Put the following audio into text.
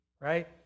right